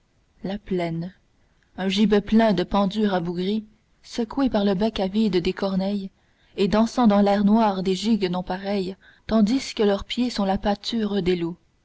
la plaine un gibet plein de pendus rabougris secoués par le bec avide des corneilles et dansant dans l'air noir des gigues non-pareilles tandis que leurs pieds sont la pâture des loups